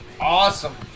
awesome